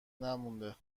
نمونده